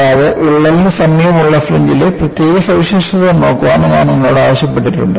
കൂടാതെ വിള്ളലിന് സമീപമുള്ള ഫ്രിഞ്ച്ലെ പ്രത്യേക സവിശേഷതകൾ നോക്കാനും ഞാൻ നിങ്ങളോട് ആവശ്യപ്പെട്ടിട്ടുണ്ട്